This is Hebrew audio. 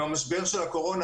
עם משבר הקורונה,